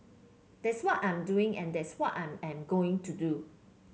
that's what I'm doing and that's what I am going to do